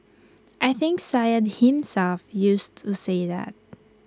I think Syed himself used to say that